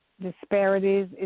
Disparities